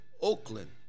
Oakland